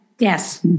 Yes